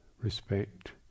respect